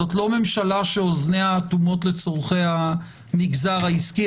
זאת לא ממשלה שאוזניה אטומות לצורכי המגזר העסקי.